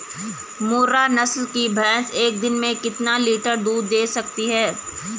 मुर्रा नस्ल की भैंस एक दिन में कितना लीटर दूध दें सकती है?